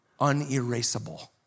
unerasable